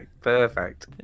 perfect